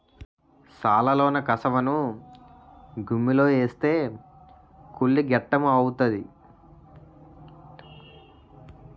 సాలలోన కసవను గుమ్మిలో ఏస్తే కుళ్ళి గెత్తెము అవుతాది